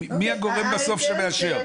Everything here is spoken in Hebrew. מי הגורם בסוף שמאשר?